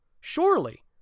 surely